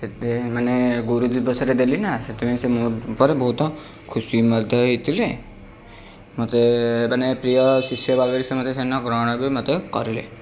ସେତେ ମାନେ ଗୁରୁଦିବସରେ ଦେଲିନା ସେଥିପାଇଁ ସେ ମୋ ଉପରେ ବହୁତ ଖୁସି ମଧ୍ୟ ହେଇଥିଲେ ମୋତେ ମାନେ ପ୍ରିୟ ଶିଷ୍ୟ ଭାବରେ ସିଏ ମୋତେ ସେଦିନ ଗ୍ରହଣ ବି ମୋତେ କରିଲେ